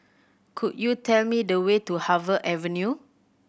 could you tell me the way to Harvey Avenue